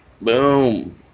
Boom